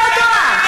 טועה.